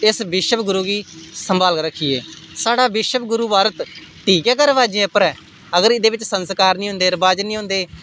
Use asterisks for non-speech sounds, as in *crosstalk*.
एस विश्व गूरू गी संभालियै रखचै साढ़ा विश्व गूरू भारत *unintelligible* अगर एह्दे बिच्च संस्कार निं होंदे हे रवाज निं होंदे हे